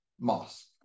Mosque